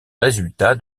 résultats